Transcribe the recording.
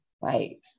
right